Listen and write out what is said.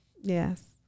Yes